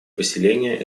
поселения